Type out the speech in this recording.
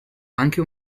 anche